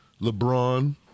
LeBron